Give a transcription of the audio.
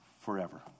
forever